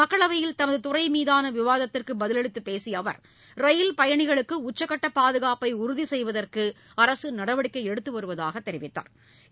மக்களவையில் தமது துறை மீதான விவாதத்திற்கு பதிலளித்து பேசிய அவர் ரயில் பயணிகளுக்கு உச்சக்கட்ட பாதுகாப்பை உறுதிசெய்வதற்கு அரசு நடவடிக்கை எடுத்து வருவதாக தெரிவித்தாா்